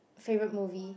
favorite movie